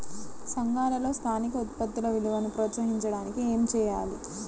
సంఘాలలో స్థానిక ఉత్పత్తుల విలువను ప్రోత్సహించడానికి ఏమి చేయాలి?